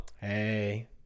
Hey